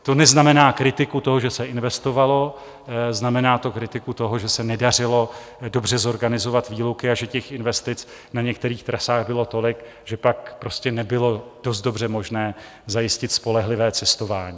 To neznamená kritiku toho, že se investovalo, znamená to kritiku toho, že se nedařilo dobře zorganizovat výluky a že těch investic na některých trasách bylo tolik, že pak prostě nebylo dost dobře možné zajistit spolehlivé cestování.